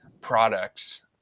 products